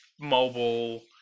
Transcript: mobile